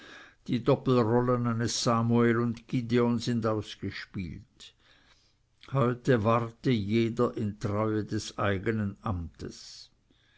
die doppelrollen eines samuel und gideon sind ausgespielt heute warte jeder in treue des eignen amtes